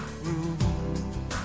room